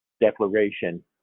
declaration